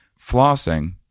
flossing